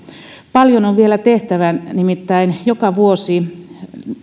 paljon on vielä tehtävää nimittäin joka vuosi